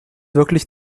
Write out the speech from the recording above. wirklich